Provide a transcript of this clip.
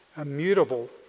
immutable